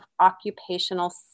occupational